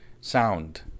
sound